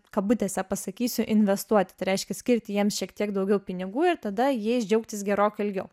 kabutėse pasakysiu investuot tai reiškia skirti jiems šiek tiek daugiau pinigų ir tada jais džiaugtis gerokai ilgiau